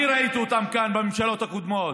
אני ראיתי אותם כאן בממשלות הקודמות.